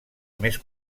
més